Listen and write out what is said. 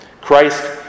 Christ